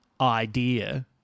idea